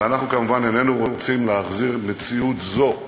ואנחנו כמובן איננו רוצים להחזיר מציאות זו אחורה.